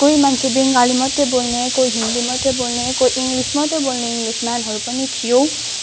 कोही मान्छे बङ्गाली मात्रै बोल्ने कोही हिन्दी मात्रै बोल्ने कोही इङ्ग्लिस मात्रै बोल्ने इङ्ग्लिस म्यानहरू पनि थियो